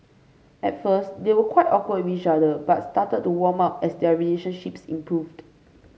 at first they were quite awkward with each other but started to warm up as their relationships improved